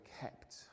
kept